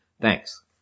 Thanks